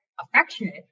affectionate